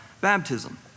baptism